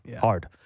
Hard